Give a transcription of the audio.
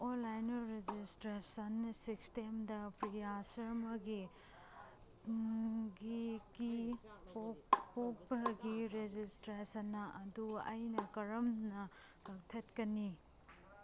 online registration ꯁꯤꯁꯇꯦꯝꯗ ꯄ꯭ꯔꯤꯌꯥ ꯁꯔꯃꯥꯒꯤ ꯄꯣꯛꯄꯒꯤ ꯔꯦꯖꯤꯁꯇ꯭ꯔꯦꯁꯟ ꯑꯗꯨ ꯑꯩꯅ ꯀꯔꯝꯅ ꯀꯛꯊꯠꯀꯅꯤ